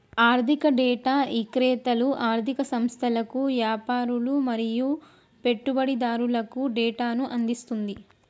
ఆర్ధిక డేటా ఇక్రేతలు ఆర్ధిక సంస్థలకు, యాపారులు మరియు పెట్టుబడిదారులకు డేటాను అందిస్తుంది